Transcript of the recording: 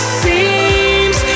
seems